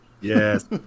Yes